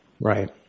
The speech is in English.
Right